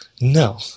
No